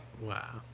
Wow